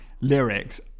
lyrics